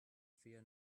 fear